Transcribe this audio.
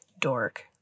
dork